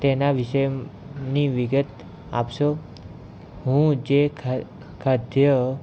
તેના વિષેની વિગત આપશો હું જે ખા ખાદ્ય